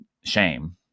shame